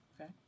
Okay